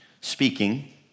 speaking